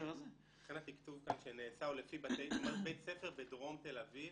לכן התקצוב שנעשה כאן, בית ספר בדרום תל אביב